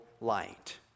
light